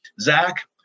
Zach